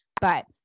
but-